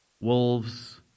Wolves